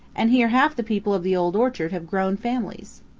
and here half the people of the old orchard have grown families.